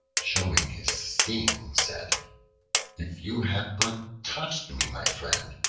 showing his sting, said if you had but touched me, my friend,